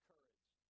courage